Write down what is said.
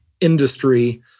industry